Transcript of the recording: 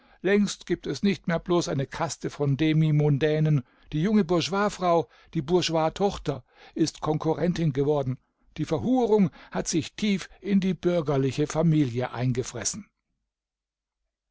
längst gibt es nicht mehr bloß eine kaste von demimondänen die junge bourgeoisfrau die bourgeoistochter ist konkurrentin geworden die verhurung hat sich tief in die bürgerliche familie eingefressen